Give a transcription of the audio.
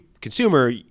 consumer